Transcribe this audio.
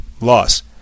loss